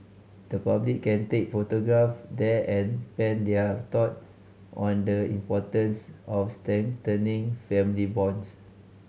the public can take photograph there and pen their thought on the importance of strengthening family bonds